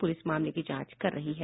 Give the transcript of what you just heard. police मामलों की जांच कर रही है